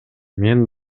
мен